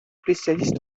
spécialistes